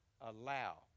allow